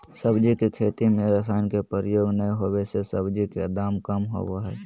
सब्जी के खेती में रसायन के प्रयोग नै होबै से सब्जी के दाम कम होबो हइ